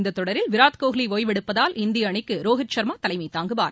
இந்தத் தொடரில விராட் கோலி ஓய்வெடுப்பதால் இந்திய அணிக்கு ரோஹித் ஷா்மா தலைமை தாங்குவார்